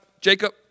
Jacob